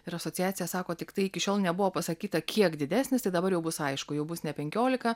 ir asociacija sako tiktai iki šiol nebuvo pasakyta kiek didesnis tai dabar jau bus aišku jau bus ne penkiolika